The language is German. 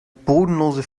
bodenlose